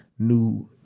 New